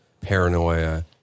paranoia